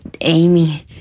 amy